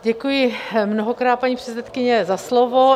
Děkuji mnohokrát, paní předsedkyně, za slovo.